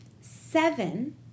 seven